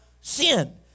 sin